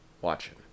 Watching